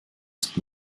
ist